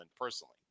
personally